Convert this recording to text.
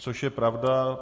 Což je pravda.